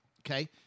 Okay